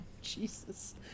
Jesus